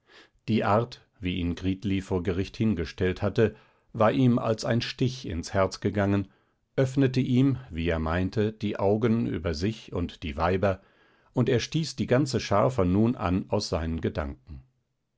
die art wie ihn gritli vor gericht hingestellt hatte war ihm als ein stich ins herz gegangen öffnete ihm wie er meinte die augen über sich und die weiber und er stieß die ganze schar von nun an aus seinen gedanken